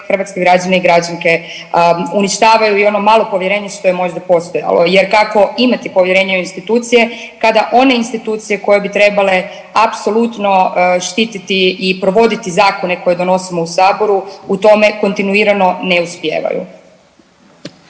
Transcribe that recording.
hrvatske građane i građanke uništavaju i ono malo povjerenja što je možda postojalo jer kako imati povjerenje u institucije kada one institucije koje bi trebale apsolutno štititi i provoditi zakone koje donosimo u Saboru u tome kontinuirano ne uspijevaju.